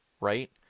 Right